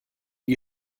die